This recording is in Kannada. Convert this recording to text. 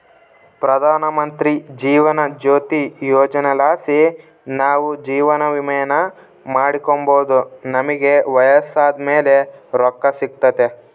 ಪ್ರಧಾನಮಂತ್ರಿ ಜೀವನ ಜ್ಯೋತಿ ಯೋಜನೆಲಾಸಿ ನಾವು ಜೀವವಿಮೇನ ಮಾಡಿಕೆಂಬೋದು ನಮಿಗೆ ವಯಸ್ಸಾದ್ ಮೇಲೆ ರೊಕ್ಕ ಸಿಗ್ತತೆ